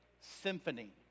Symphony